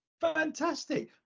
Fantastic